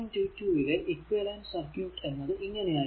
22 ലെ equivalent circuit എന്നത് ഇങ്ങനെ ആയിരിക്കും